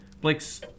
Blake's